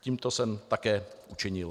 Tímto jsem to také učinil.